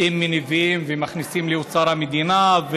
אם מניבים ומכניסים לאוצר המדינה,